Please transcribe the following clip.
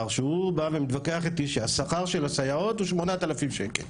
שהוא בא ומתווכח איתי שהשכר של הסייעות הוא 8,000 שקל,